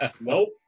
Nope